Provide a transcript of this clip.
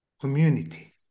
community